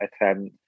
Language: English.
attempt